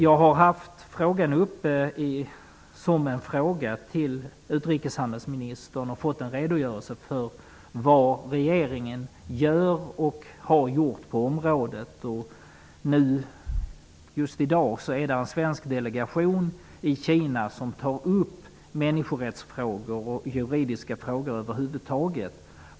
Jag har tidigare tagit upp saken i en fråga till utrikeshandelsministern och fått en redogörelse för vad regeringen gör och har gjort på området. Just nu är en svensk delegation i Kina som tar upp människorättsfrågor och juridiska frågor över huvud taget.